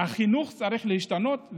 החינוך צריך להשתנות.